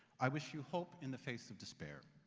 i wish you hope in the face of despair